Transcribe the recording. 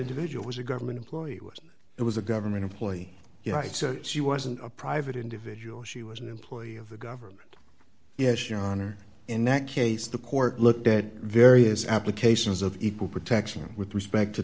individual was a government employee was it was a government employee you know and so she wasn't a private individual she was an employee of the government yes your honor in that case the court looked at various applications of equal protection with respect to